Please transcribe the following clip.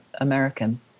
American